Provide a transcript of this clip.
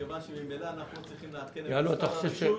מכיוון שממילא אנחנו צריכים לעדכן את משרד הרישוי